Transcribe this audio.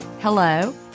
hello